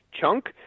chunk